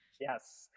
Yes